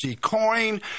coin